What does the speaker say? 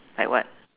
like what